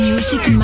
Music